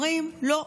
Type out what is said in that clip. אומרים: לא,